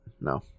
No